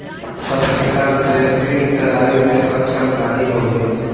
सब किसान थ्रेसिंग करावे मे सक्ष्म नाही होले